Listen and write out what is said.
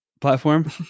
platform